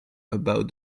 about